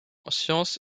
science